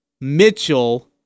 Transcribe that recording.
Mitchell